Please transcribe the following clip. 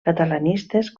catalanistes